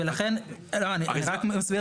ולכן, אני רק מסביר את המשמעות.